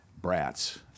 brats